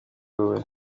wowe